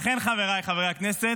לכן, חבריי חברי הכנסת,